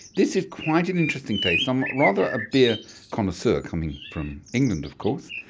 this is quite an interesting taste. i'm rather a beer connoisseur, coming from england of course,